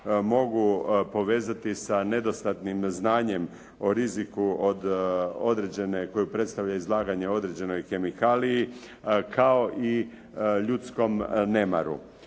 mogu povezati sa nedostatnim znanjem o riziku od određene koju predstavlja izlaganje određenoj kemikaliji, kao i ljudskom nemaru.